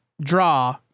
draw